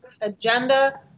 agenda